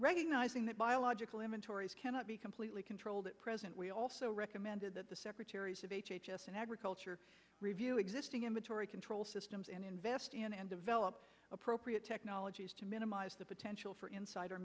recognizing that biological him and tories cannot be completely controlled at present we also recommended that the secretaries of h h s and agriculture review existing inventory control systems and invest in and develop appropriate technologies to minimize the potential for insider